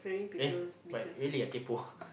eh but really ah kaypo